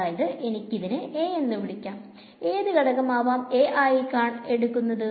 അതായത് എനിക്ക് ഇതിനെ A എന്നു വിളിക്കാം ഏത് ഘടകം ആവാം A ആയി എടുക്കുന്നത്